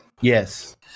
Yes